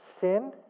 sin